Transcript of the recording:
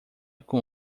com